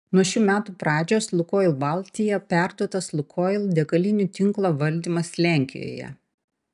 nuo šių metų pradžios lukoil baltija perduotas lukoil degalinių tinklo valdymas lenkijoje